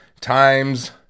times